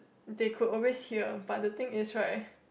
they could always hear but the thing is right